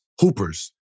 hoopers